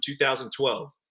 2012